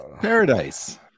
paradise